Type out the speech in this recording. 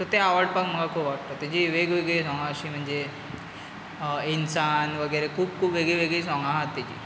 so तें आवडपाक म्हाका खूब आवडटा तेजी वेगवेगळीं सोंगां अशीं म्हणजे इनसान वा हेर खूब खूब वेगळीं सोंगा आहा तेजीं